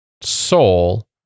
Soul